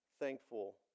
thankful